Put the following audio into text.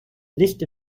licht